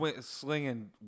slinging